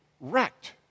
wrecked